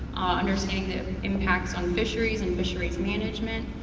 understanding the um impacts on fisheries and fisheries' management.